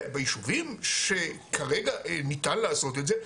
וביישובים שכרגע ניתן לעשות את זה,